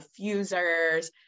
diffusers